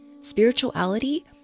Spirituality